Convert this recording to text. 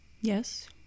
yes